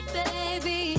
baby